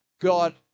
God